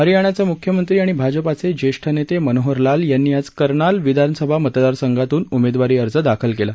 हरियाणाचे मुख्यमंत्री आणि भाजपचे ज्येष्ठ नेते मनोहर लाल यांनी आज करनाल विधानसभा मतदारसंघातून उमेदवारी अर्ज दाखल केला